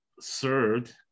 served